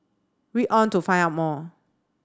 read on to find out more